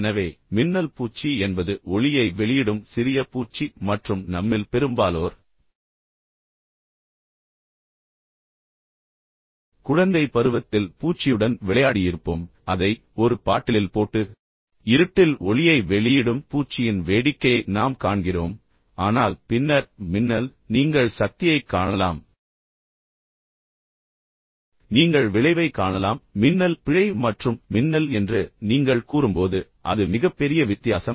எனவே மின்னல் பூச்சி என்பது ஒளியை வெளியிடும் சிறிய பூச்சி மற்றும் நம்மில் பெரும்பாலோர் குழந்தை பருவத்தில் பூச்சியுடன் விளையாடியிருப்போம் அதை ஒரு பாட்டிலில் போட்டு பின்னர் இருட்டில் ஒளியை வெளியிடும் பூச்சியின் வேடிக்கையை நாம் காண்கிறோம் ஆனால் பின்னர் மின்னல் நீங்கள் சக்தியைக் காணலாம் நீங்கள் விளைவைக் காணலாம் மின்னல் பிழை மற்றும் மின்னல் என்று நீங்கள் கூறும்போது அது மிகப்பெரிய வித்தியாசம்